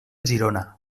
girona